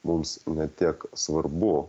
mums ne tiek svarbu